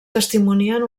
testimonien